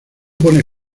pone